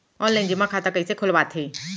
Online जेमा खाता कइसे खोलवाथे?